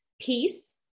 peace